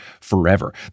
forever